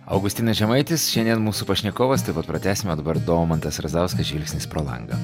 augustinas žemaitis šiandien mūsų pašnekovas tuoj pat pratęs o dabar domantas razauskas žvilgsnis pro langą